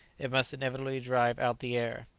it must inevitably drive out the air.